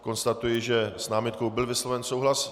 Konstatuji, že s námitkou byl vysloven souhlas.